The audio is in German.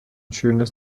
schönes